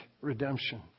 Redemption